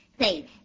Say